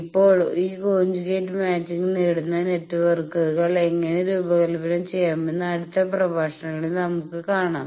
ഇപ്പോൾ ഈ conjugate matching നേടുന്ന നെറ്റ്വർക്കുകൾ എങ്ങനെ രൂപകൽപ്പന ചെയ്യാമെന്ന് അടുത്ത പ്രഭാഷണങ്ങളിൽ നമുക്ക് കാണാം